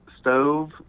stove